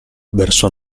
verso